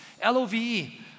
L-O-V-E